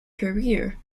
career